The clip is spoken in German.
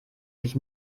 sich